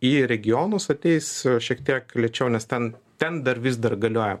į regionus ateis šiek tiek lėčiau nes ten ten dar vis dar galioja